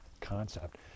concept